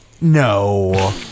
No